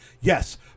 Yes